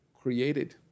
created